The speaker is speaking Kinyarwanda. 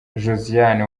josiane